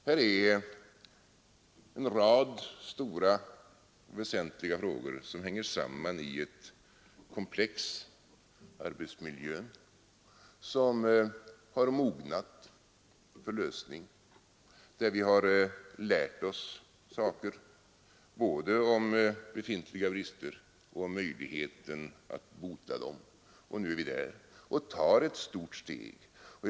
Här är en rad stora och väsentliga frågor som hänger samman i ett komplex — arbetsmiljön — och som har mognat för lösning. Vi har lärt oss saker både om befintliga brister och om möjligheten att bota dem, och nu är vi där och tar ett rätt stort steg.